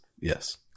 Yes